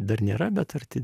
dar nėra bet arti